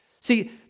See